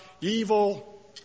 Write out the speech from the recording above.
evil